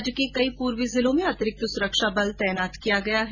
राज्य के कई पूर्वी जिलों में अतिरिक्त सुरक्षा बल तैनात किए गए हैं